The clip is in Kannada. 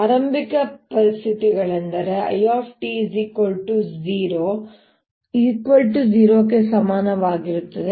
ಆರಂಭಿಕ ಪರಿಸ್ಥಿತಿಗಳೆಂದರೆ It00 ಕ್ಕೆ ಸಮಾನವಾಗಿರುತ್ತದೆ